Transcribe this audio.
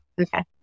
Okay